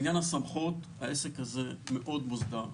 לעניין הסמכות, העסק הזה מאוד מורכב.